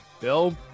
Bill